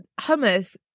Hummus